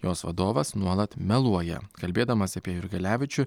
jos vadovas nuolat meluoja kalbėdamas apie jurgelevičių